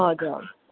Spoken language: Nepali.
हजुर